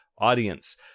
audience